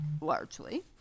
largely